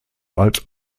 als